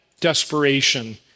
desperation